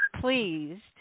pleased